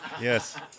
Yes